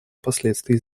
последствий